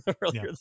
earlier